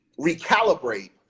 recalibrate